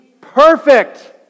perfect